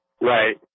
Right